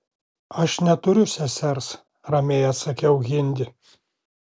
aš neturiu sesers ramiai atsakiau hindi